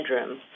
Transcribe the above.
bedroom